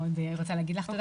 על זה אני רוצה להגיד לך תודה,